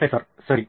professor ಸರಿ